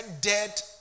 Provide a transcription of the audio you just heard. dead